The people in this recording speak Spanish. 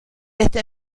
este